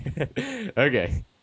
Okay